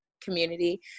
community